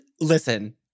listen